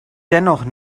dennoch